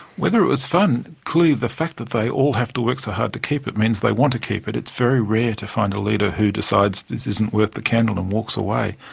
whether it was fun, clearly the fact that they all have to work so hard to keep it means they want to keep it. it's very rare to find a leader who decides this isn't worth the candle and walks away.